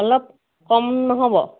অলপ কম নহ'ব